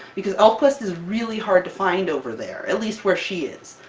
because elfquest is really hard to find over there! at least, where she is.